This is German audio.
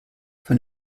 von